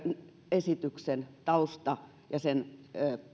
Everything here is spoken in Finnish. esityksen tausta ja